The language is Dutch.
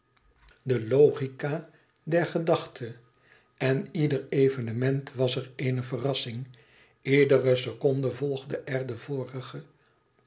de logica der gedachte en ieder evenement was er eene verrassing iedere seconde volgde er de vorige